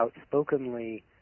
outspokenly